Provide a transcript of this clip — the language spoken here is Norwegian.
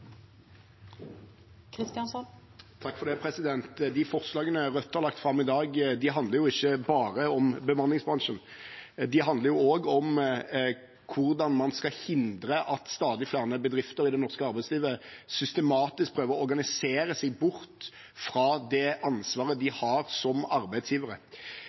dag, handler ikke bare om bemanningsbransjen. De handler også om hvordan man skal hindre at stadig flere bedrifter i det norske arbeidslivet systematisk prøver å organisere seg bort fra det ansvaret de har som arbeidsgivere.